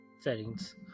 settings